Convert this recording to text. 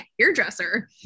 hairdresser